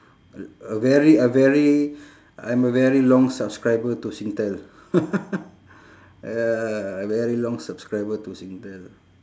a a very a very I'm a very long subscriber to singtel uh very long subscriber to singtel